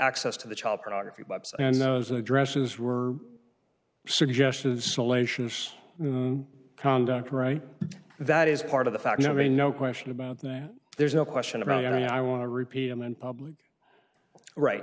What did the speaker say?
access to the child pornography and those addresses were suggestion of salacious conduct right that is part of the facts i mean no question about that there's no question about it and i want to repeat them in public right